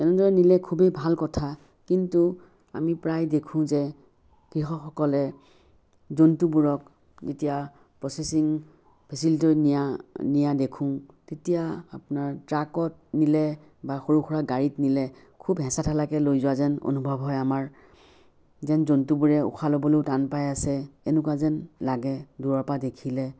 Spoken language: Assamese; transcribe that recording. তেনেদৰে নিলে খুবেই ভাল কথা কিন্তু আমি প্ৰায় দেখোঁ যে কৃষকসকলে জন্তুবোৰক এতিয়া প্ৰচেছিং ফেচেলিটলৈ নিয়া নিয়া দেখোঁ তেতিয়া আপোনাৰ ট্ৰাকত নিলে বা সৰু সুৰা গাড়ীত নিলে খুব হেঁচা ঠেলাকৈ লৈ যোৱা যেন অনুভৱ হয় আমাৰ যেন জন্তুবোৰে উশাহ ল'বলৈও টান পাই আছে এনেকুৱা যেন লাগে দূৰৰ পৰা দেখিলে